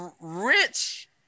rich